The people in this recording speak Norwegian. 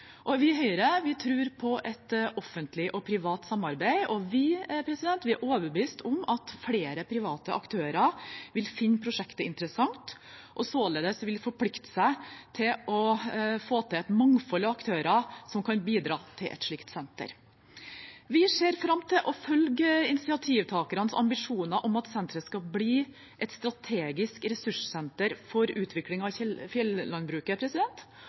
Vi i Høyre tror på et offentlig-privat samarbeid, og vi er overbevist om at flere private aktører vil finne prosjektet interessant og således vil forplikte seg til å få til et mangfold av aktører som kan bidra til et slikt senter. Vi ser fram til å følge initiativtakernes ambisjoner om at senteret skal bli et strategisk ressurssenter for utvikling av